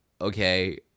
okay